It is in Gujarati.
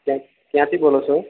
ક્યાંથી બોલો છો